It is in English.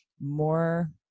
more